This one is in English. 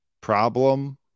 problem